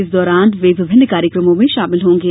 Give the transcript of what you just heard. इस दौरान वे विभिन्न कार्यक्रमों में शामिल होंगे